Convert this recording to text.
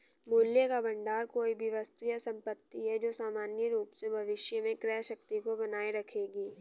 मूल्य का भंडार कोई भी वस्तु या संपत्ति है जो सामान्य रूप से भविष्य में क्रय शक्ति को बनाए रखेगी